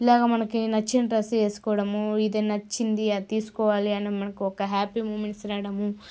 ఎలాగ మనకి నచ్చిన డ్రెస్సు వేసుకోవడము ఇది నచ్చింది అది తీసుకోవాలి అని మనకి ఒక హ్యాపీ మూమెంట్స్ రావడము